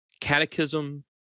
catechism